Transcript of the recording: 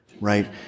right